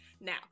Now